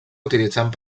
utilitzant